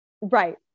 Right